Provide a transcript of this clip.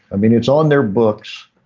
i mean it's on their books.